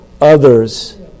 others